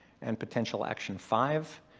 and potential action five,